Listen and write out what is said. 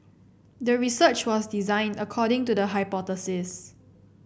the research was designed according to the hypothesis